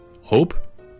Hope